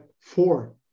four